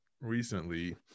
recently